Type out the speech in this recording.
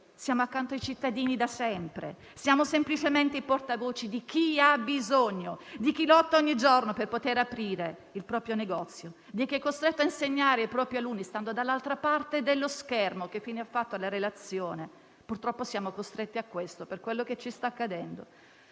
siamo accanto ai cittadini da sempre. Siamo semplicemente i portavoce di chi ha bisogno, di chi lotta ogni giorno per poter aprire il proprio negozio, di chi è costretto a insegnare ai propri alunni stando dall'altra parte dello schermo. Che fine ha fatto la relazione? Purtroppo siamo costretti a questo per quello che ci sta accadendo.